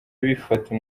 bifata